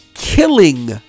killing